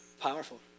powerful